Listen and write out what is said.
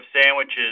sandwiches